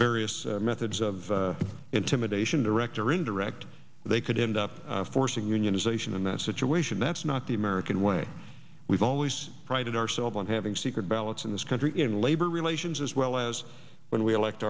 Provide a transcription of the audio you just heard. various methods of intimidation direct or indirect they could end up forcing unionization in that situation that's not the american way we've always prided ourselves on having secret ballots in this country in labor relations as well as when we elect